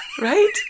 Right